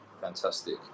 Fantastic